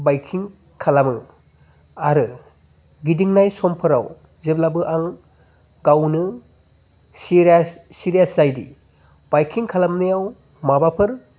बाइकिं खालामो आरो गिदिंनाय समफोराव जेब्लाबो आं गावनो सिरियास जायोदि बाइकिं खालामनायाव माबाफोर